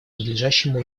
надлежащему